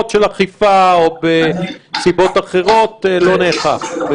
של אכיפה או שבנסיבות אחרות לא נאכף?